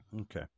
Okay